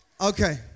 Okay